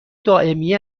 دائمی